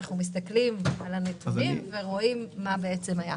אנחנו מסתכלים על הנתונים ורואים מה היה.